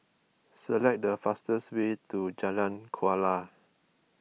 select the fastest way to Jalan Kuala